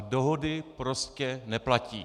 Dohody prostě neplatí.